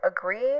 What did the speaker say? agree